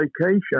vacation